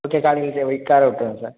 okay காலைல போய் காரை விட்டுடுறேன் சார்